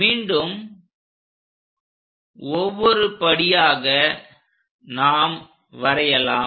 மீண்டும் ஒவ்வொரு படியாக நாம் வரையலாம்